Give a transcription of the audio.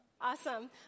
Awesome